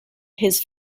his